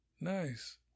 Nice